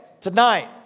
tonight